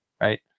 right